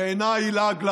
בעיניי הוא לעג לרש.